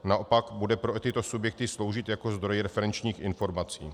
Naopak bude pro tyto subjekty sloužit jako zdroj referenčních informací.